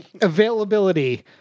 Availability